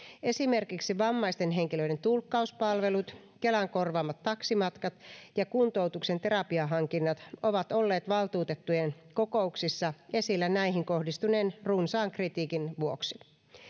esimerkiksi vammaisten henkilöiden tulkkauspalvelut kelan korvaamat taksimatkat ja kuntoutuksen terapiahankinnat ovat olleet valtuutettujen kokouksissa esillä näihin kohdistuneen runsaan kritiikin vuoksi